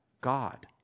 God